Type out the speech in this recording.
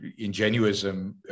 ingenuism